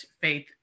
Faith